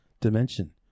dimension